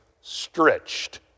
stretched